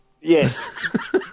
Yes